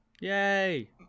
Yay